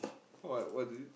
what what do you